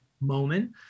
moment